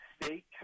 state